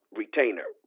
retainer